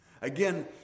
Again